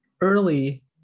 early